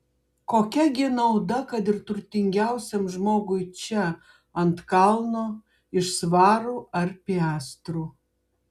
kokia gi nauda kad ir turtingiausiam žmogui čia ant kalno iš svarų ar piastrų